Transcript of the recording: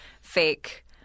fake